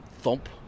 thump